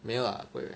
没有 lah 不会